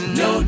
no